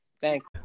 Thanks